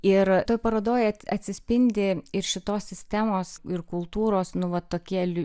ir parodoj atsispindi ir šitos sistemos ir kultūros nu vat tokie